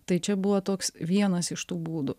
tai čia buvo toks vienas iš tų būdų